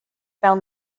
found